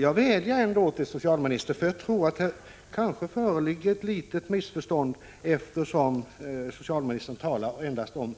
Jag tror att det här kanske föreligger ett litet missförstånd, eftersom socialministern talar om användning av saliversättningsmedel